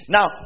Now